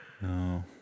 No